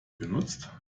benutzt